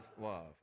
love